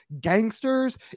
gangsters